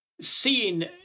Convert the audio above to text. seeing